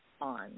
on